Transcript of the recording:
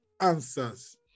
answers